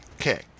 Okay